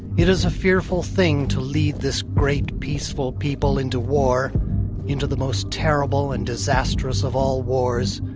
it is a fearful thing to lead this great, peaceful people into war into the most terrible and disastrous of all wars,